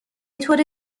طور